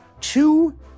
two